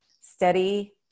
steady